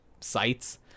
sites